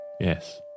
Yes